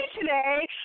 today